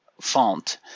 Font